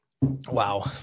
Wow